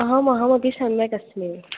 अहम् अहमपि सम्यक् अस्मि